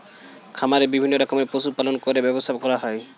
খামারে বিভিন্ন রকমের পশু পালন করে ব্যবসা করা হয়